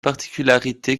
particularité